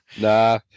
nah